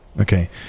Okay